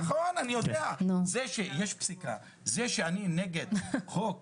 זה שיש פסיקה, זה שאני נגד חוק